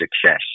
Success